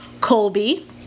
Colby